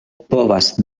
povas